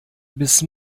bis